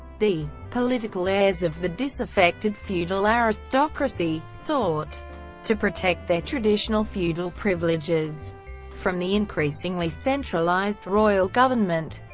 the, political heirs of the disaffected feudal aristocracy, sought to protect their traditional feudal privileges from the increasingly centralized royal government.